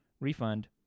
Refund